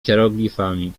hieroglifami